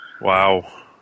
Wow